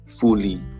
fully